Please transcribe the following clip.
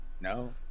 No